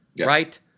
right